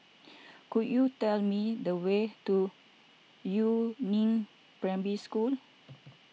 could you tell me the way to Yu Neng Primary School